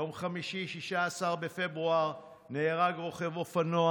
ביום חמישי 16 בפברואר נהרג רוכב אופנוע